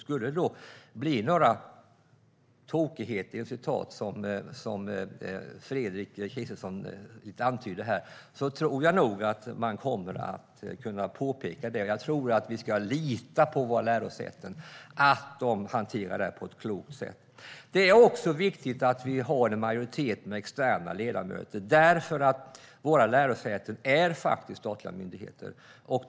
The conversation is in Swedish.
Skulle det bli några "tokigheter", som Fredrik Christensson antydde, tror jag nog att man kommer att kunna påpeka det. Men jag tror att vi kan lita på att våra lärosäten hanterar det här på ett klokt sätt. Det andra är att det är viktigt att vi har en majoritet med externa ledamöter, eftersom våra lärosäten är statliga myndigheter.